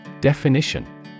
Definition